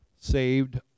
saved